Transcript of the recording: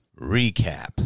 recap